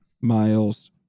miles